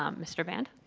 um mr. band?